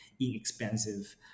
inexpensive